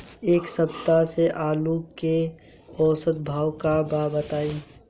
एक सप्ताह से आलू के औसत भाव का बा बताई?